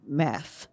math